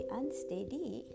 unsteady